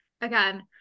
again